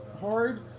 hard